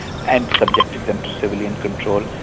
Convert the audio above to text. and subjected them to civilian control.